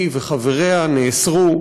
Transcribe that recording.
היא וחבריה נאסרו.